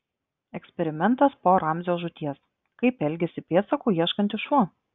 eksperimentas po ramzio žūties kaip elgiasi pėdsakų ieškantis šuo